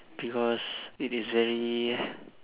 because it is very